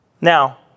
Now